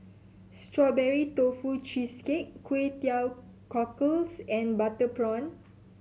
Strawberry Tofu Cheesecake Kway Teow Cockles and butter prawn